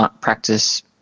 practice